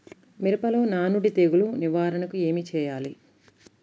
మిరపలో నానుడి తెగులు నివారణకు ఏమి చేయాలి?